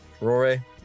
Rory